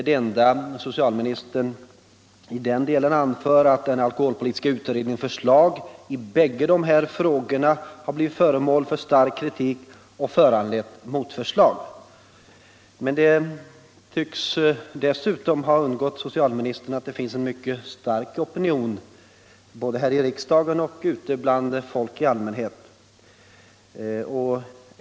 Det enda socialministern i den delen anför är att alkoholpolitiska utredningens förslag i dessa frågor har blivit föremål för stark kritik och föranlett motförslag. Men det tycks ha undgått socialministern att det finns en mycket stark opinion både här i riksdagen och bland folk i allmänhet.